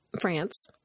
France